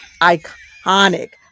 Iconic